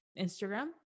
Instagram